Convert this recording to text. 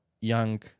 young